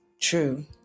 True